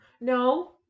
no